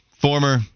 Former